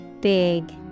Big